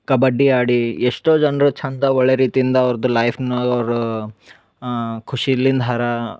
ಕಬಡ್ಡಿ ಆಡಿ ಎಷ್ಟೋ ಜನ್ರು ಚಂದ ಒಳ್ಳೆಯ ರೀತಿಯಿಂದ ಅವ್ರ್ದು ಲೈಫ್ನಾಗ ಅವರು ಖುಷಿಲಿಂದ ಅರ